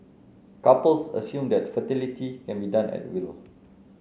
couples assume that fertility can be done at will